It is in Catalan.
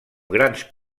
grans